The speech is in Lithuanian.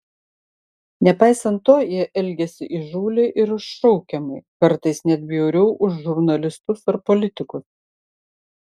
nepaisant to jie elgėsi įžūliai ir iššaukiamai kartais net bjauriau už žurnalistus ar politikus